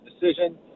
decision